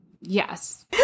yes